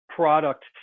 Product